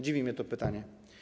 Dziwi mnie to pytanie.